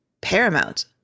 paramount